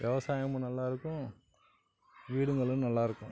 விவசாயமும் நல்லாயிருக்கும் வீடுங்களும் நல்லாயிருக்கும்